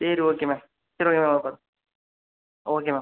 சரி okay ma'am சரி பாருங்கள்